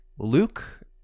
luke